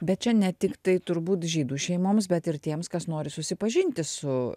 bet čia ne tiktai turbūt žydų šeimoms bet ir tiems kas nori susipažinti su